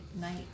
night